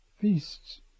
feasts